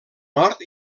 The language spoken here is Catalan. nord